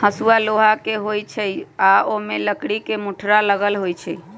हसुआ लोहा के होई छई आ ओमे लकड़ी के मुठरा लगल होई छई